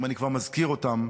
אם אני כבר מזכיר אותם,